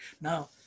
Now